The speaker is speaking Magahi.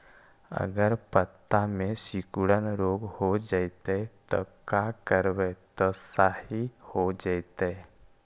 अगर पत्ता में सिकुड़न रोग हो जैतै त का करबै त सहि हो जैतै?